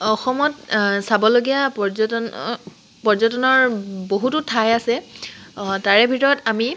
অসমত চাবলগীয়া পৰ্যটন পৰ্যটনৰ বহুতো ঠাই আছে তাৰে ভিতৰত আমি